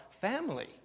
family